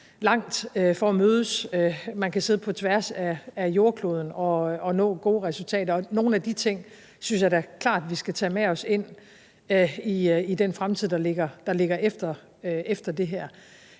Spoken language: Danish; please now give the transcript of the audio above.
langt for at mødes; man kan sidde på tværs af jordkloden og nå gode resultater, og nogle af de ting synes jeg da klart vi skal tage med os ind i den fremtid der ligger efter det her.